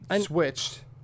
switched